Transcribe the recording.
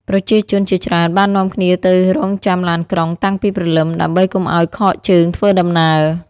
ប្រជាជនជាច្រើនបាននាំគ្នាទៅរង់ចាំឡានក្រុងតាំងពីព្រលឹម ដើម្បីកុំឱ្យខកជើងធ្វើដំណើរ។